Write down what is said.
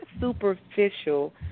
superficial